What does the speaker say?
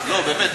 לא באמת,